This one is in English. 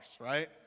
right